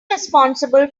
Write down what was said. responsible